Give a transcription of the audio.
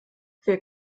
wir